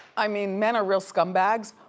i mean, men are real scumbags,